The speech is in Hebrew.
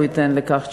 הוא ייתן לכך תשובה.